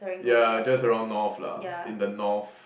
yeah just around North lah in the North